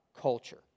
culture